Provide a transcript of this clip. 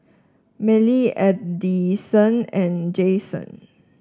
Mellie Addyson and Jayson